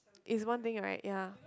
is one thing right ya